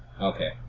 Okay